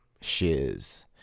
shiz